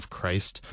Christ